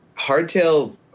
hardtail